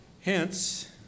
Hence